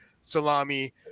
salami